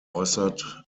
äußert